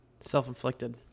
Self-inflicted